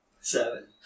seven